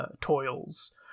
toils